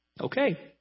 Okay